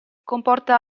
comporta